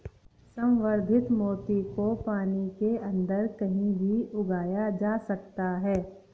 संवर्धित मोती को पानी के अंदर कहीं भी उगाया जा सकता है